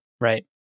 right